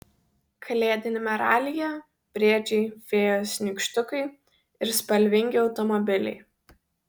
kalėdiniame ralyje briedžiai fėjos nykštukai ir spalvingi automobiliai